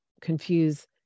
confuse